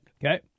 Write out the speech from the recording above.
Okay